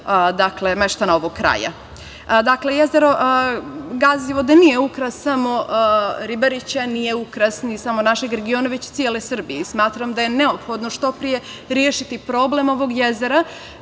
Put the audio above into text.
prihoda meštana ovog kraja. Dakle, jezero Gazivode nije ukras samo Ribarića, nije ukras ni samo našeg regiona, već cele Srbije i smatram da je neophodno što pre rešiti problem ovog jezera